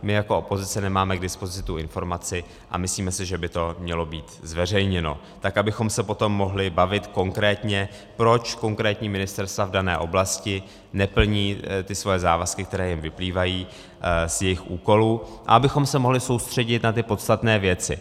My jako opozice nemáme k dispozici tu informaci a myslíme si, že by to mělo být zveřejněno, tak abychom se potom mohli bavit konkrétně, proč konkrétní ministerstva v dané oblasti neplní své závazky, které jim vyplývají z jejich úkolů, a abychom se mohli soustředit na podstatné věci.